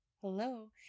hello